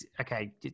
okay